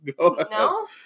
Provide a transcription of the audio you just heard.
No